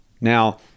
Now